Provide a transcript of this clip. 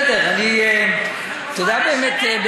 תודה, באמת.